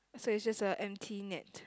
so is just a empty net